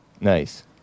Nice